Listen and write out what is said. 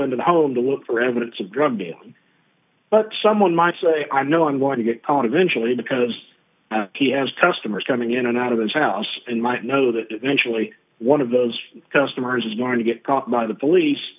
into the home to look for evidence of drug dealing but someone might say i know i'm going to get part of eventually because he has customers coming in and out of his house and might know that eventually one of those customers is going to get caught by the police